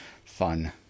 fun